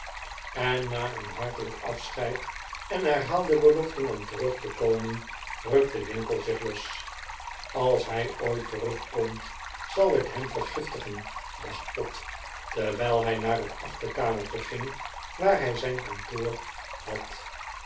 en na een hartelijk afscheid en herhaalde beloften om terug te komen rukte winkle zich los als hij ooit terugkomt zal ik hem vergiftigen dacht pott terwijl hij naar het achterkamertje ging waar hij zijn kantoor had